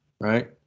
Right